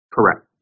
Correct